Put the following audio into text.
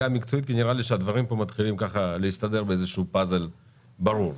המקצועית כי נראה לי שהדברים מתחילים להסתדר בפאזל ברור.